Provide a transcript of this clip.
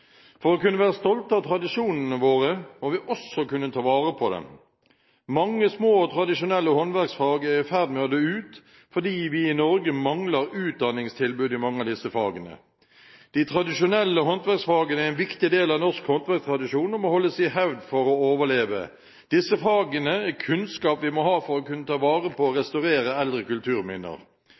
For å kunne være stolte av tradisjonene våre må vi også kunne ta vare på dem. Mange små og tradisjonelle håndverksfag er i ferd med å dø ut fordi vi i Norge mangler utdanningstilbud i mange av disse fagene. De tradisjonelle håndverksfagene er en viktig del av norsk håndverkstradisjon og må holdes i hevd for å overleve. Disse fagene er kunnskap vi må ha for å kunne ta vare på og restaurere eldre kulturminner.